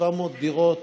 כ-700 דירות